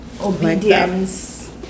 obedience